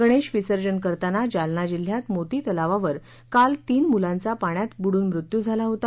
गणेश विसर्जन करताना जालना जिल्ह्यात मोती तलावावर काल तीन मुलांचा पाण्यात बुडून मृत्यू झाला होता